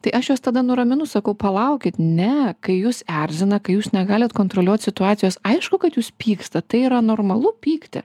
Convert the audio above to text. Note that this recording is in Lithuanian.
tai aš juos tada nuraminu sakau palaukit ne kai jus erzina kai jūs negalit kontroliuot situacijos aišku kad jūs pykstat tai yra normalu pykti